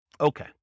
Okay